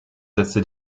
setzte